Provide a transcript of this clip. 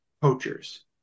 poachers